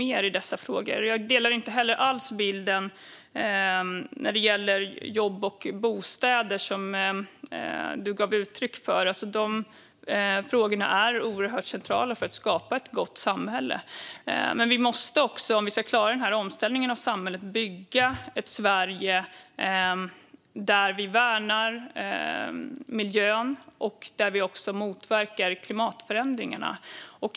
Jag har heller inte alls samma bild som den Ola gav uttryck för när det gäller jobb och bostäder. Dessa frågor är oerhört centrala för att skapa ett gott samhälle. Men om vi ska klara omställningen av samhället måste vi bygga ett Sverige där vi värnar miljön och motverkar klimatförändringarna.